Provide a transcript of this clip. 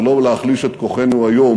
ולא להחליש את כוחנו היום